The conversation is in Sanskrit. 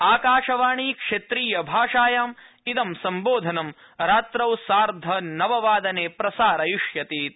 आकाशवाणी क्षेत्रीय भाषायां इदं सम्बोधनं रात्रौ सार्धं नव वादने प्रसारयिष्यति इति